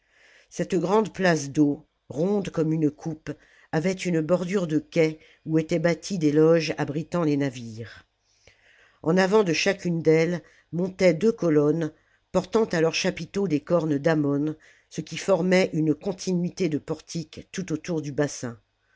cette grande place d'eau ronde comme une coupe avait une bordure de quais où étaient bâties des loges abritant les navires en avant de chacune d'elles montaient deux colonnes portant à leur chapiteau des cornes d'ammon ce qui formait une continuité de portiques tout autour du bassin